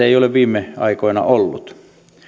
ei ole viime aikoina ollut